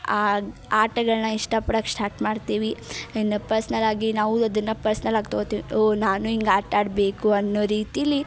ಆ ಆಟಗಳನ್ನು ಇಷ್ಟಪಡಕ್ಕೆ ಶ್ಟಾಟ್ ಮಾಡ್ತೀವಿ ಇನ್ನು ಪರ್ಸ್ನಲ್ ಆಗಿ ನಾವೂ ಅದನ್ನ ಪರ್ಸ್ನಲ್ ಆಗಿ ತಗೊತೀವಿ ಓ ನಾನೂ ಹಿಂಗ್ ಆಟಾಡಬೇಕು ಅನ್ನೋ ರೀತೀಲಿ